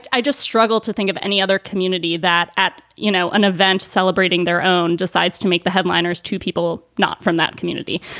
i just struggle to think of any other community that at, you know, an event celebrating their own decides to make the headliners to people not from that community.